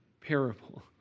parable